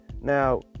Now